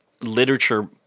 literature